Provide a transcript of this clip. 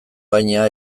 baina